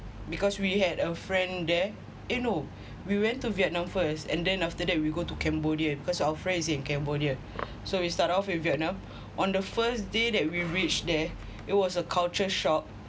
because we had a friend there eh no we went to vietnam first and then after that we go to cambodia cause our friends in cambodia so we start off with vietnam on the first day that we reached there it was a culture shock